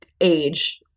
age